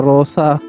Rosa